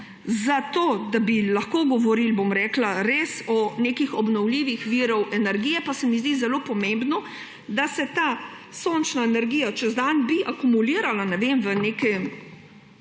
zato, da bi lahko govorili res o nekih obnovljivih virih energije, pa se mi zdi zelo pomembno, da se ta sončna energija čez dan bi akumulirala, ne vem, v neke